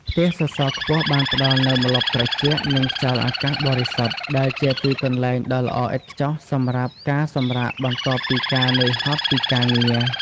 ផ្ទះសសរខ្ពស់បានផ្តល់នូវម្លប់ត្រជាក់ និងខ្យល់អាកាសបរិសុទ្ធ ដែលជាទីកន្លែងដ៏ល្អឥតខ្ចោះសម្រាប់ការសម្រាកបន្ទាប់ពីការនឿយហត់ពីការងារ។